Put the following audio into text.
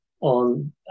on